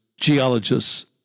geologists